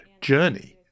journey